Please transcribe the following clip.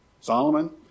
Solomon